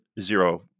zero